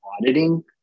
auditing